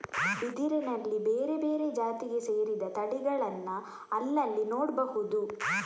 ಬಿದಿರಿನಲ್ಲಿ ಬೇರೆ ಬೇರೆ ಜಾತಿಗೆ ಸೇರಿದ ತಳಿಗಳನ್ನ ಅಲ್ಲಲ್ಲಿ ನೋಡ್ಬಹುದು